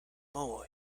more